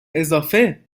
اضافه